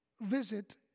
visit